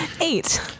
Eight